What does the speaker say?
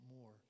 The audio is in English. more